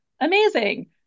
amazing